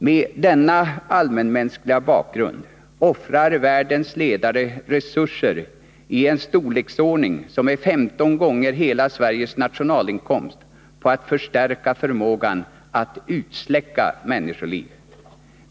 Med denna allmänmänskliga bakgrund offrar världens ledare resurser i en storleksordning som är 15 gånger hela Sveriges nationalinkomst på att förstärka förmågan att utsläcka människoliv.